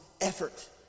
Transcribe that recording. effort